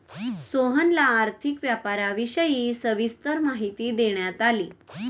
सोहनला आर्थिक व्यापाराविषयी सविस्तर माहिती देण्यात आली